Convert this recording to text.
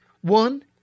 One